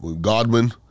Godwin